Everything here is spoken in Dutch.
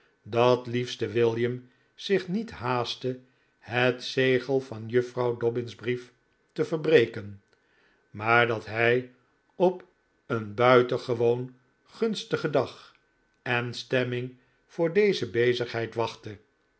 dat liefste william zich niet haastte het zegel van juffrouw dobbin's brief te verbreken maar dat hij op een buitengewoon gunstigen dag en stemming voor deze bezigheid wachtte